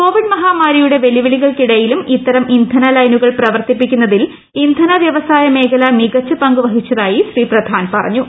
Covid മഹാമാരിയുടെ വെല്ലുവിളികൾക്കിടയിലും ഇത്തരം ഇന്ധന ലൈനുകൾ പ്രവർത്തിപ്പിക്കുന്നതിൽ ഇന്ധന വൃവസായ മേഖല മികച്ച പങ്ക് വഹിച്ചതായി ശ്രീ പ്രധാൻ ്ട്ര പറഞ്ഞു